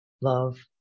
love